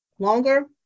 Longer